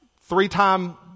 three-time